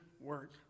work